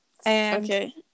Okay